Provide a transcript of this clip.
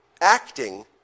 acting